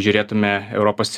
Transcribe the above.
žiūrėtume europos